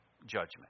judgment